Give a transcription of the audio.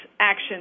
action